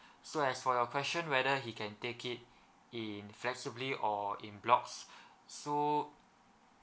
so as for your question whether he can take it in flexibly or in blocks so